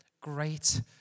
great